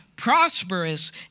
prosperous